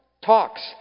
talks